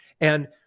And-